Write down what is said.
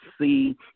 see